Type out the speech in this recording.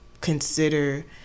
consider